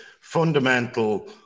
fundamental